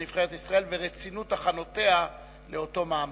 נבחת ישראל ורצינות הכנותיה לאותו מעמד.